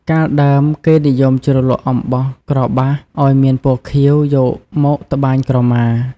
កាលដើមគេ និយមជ្រលក់អំបោះក្របាសឱ្យបានពណ៌ខៀវ យកមកត្បាញក្រមា។